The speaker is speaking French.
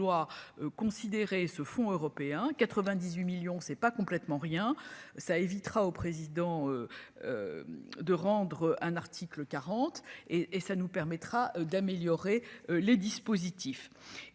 vouloir considérer ce fonds européen 98 millions c'est pas complètement rien ça évitera au président de rendre un article 40 et et ça nous permettra d'améliorer les dispositifs